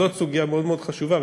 זאת סוגיה מאוד מאוד חשובה,